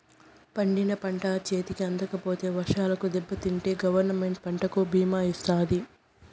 పండించిన పంట చేతికి అందకపోతే వర్షాలకు దెబ్బతింటే గవర్నమెంట్ పంటకు భీమా ఇత్తాది